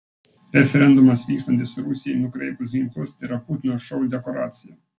referendumas vykstantis rusijai nukreipus ginklus tėra putino šou dekoracija